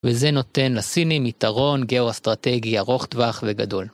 וזה נותן לסינים יתרון גאו-אסטרטגי ארוך טווח וגדול.